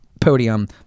podium